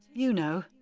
you know.